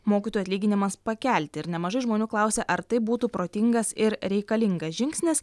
mokytojų atlyginimams pakelti ir nemažai žmonių klausia ar tai būtų protingas ir reikalingas žingsnis